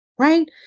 right